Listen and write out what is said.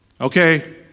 Okay